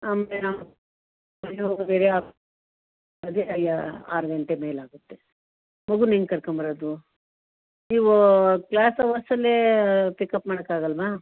ಆಮೇಲೆ ಆರು ಗಂಟೆ ಮೇಲೆ ಆಗುತ್ತೆ ಮಗನ್ನ ಹೆಂಗ್ ಕರ್ಕೊಂಬರದು ನೀವು ಕ್ಲಾಸ್ ಹವರ್ಸಲ್ಲೇ ಪಿಕಪ್ ಮಾಡೋಕ್ಕಾಗಲ್ವಾ